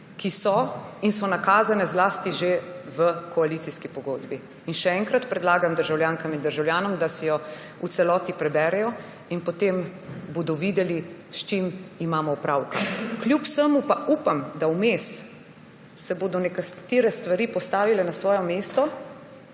ki so in so nakazane zlasti že v koalicijski pogodbi. Še enkrat predlagam državljankam in državljanom, da si jo v celoti preberejo, in potem bodo videli, s čim imamo opravka. Kljub vsemu pa upam, da se bodo vmes nekatere stvari postavile na svoje mesto